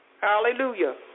hallelujah